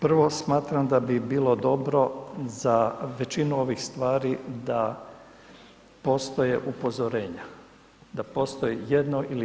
Prvo smatram da bi bilo dobro za većinu ovih stvari da postoje upozorenja, da postoji jedno ili dva.